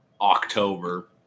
October